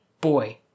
boy